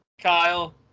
Kyle